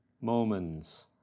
moments